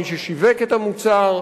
מי ששיווק את המוצר,